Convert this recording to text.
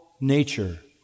nature